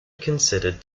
considered